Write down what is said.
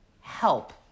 help